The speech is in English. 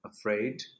afraid